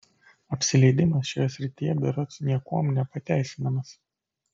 apsileidimas šioje srityje berods niekuom nepasiteisinamas